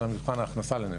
אלא מבחן ההכנסה לנפש,